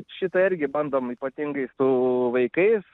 šitą irgi bandom ypatingai su vaikais